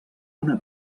una